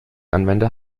anwender